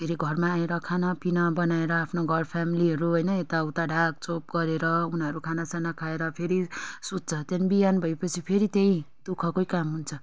फेरि घरमा आएर खानापिना बनाएर आफ्नो घर फेमिलीहरू होइन यता उता ढाकछोप गरेर उनीहरू खानासाना खाएर फेरि सुत्छ त्यहाँ देखि बिहान भएपछि फेरि त्यही दु खकै काम हुन्छ